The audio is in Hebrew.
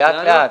לאט-לאט.